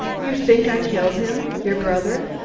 you think i killed him your brother?